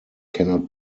cannot